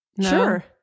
Sure